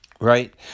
right